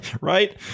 Right